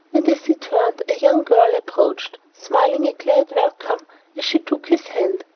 and as he turned, a young girl approached, smiling a glad welcome as she took his hand,